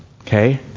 Okay